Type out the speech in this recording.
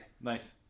Nice